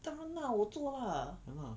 当然啦我做啦